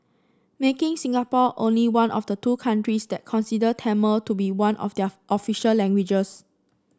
making Singapore only one of the two countries that considers Tamil to be one of their official languages